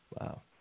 Wow